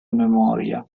memoria